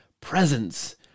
presence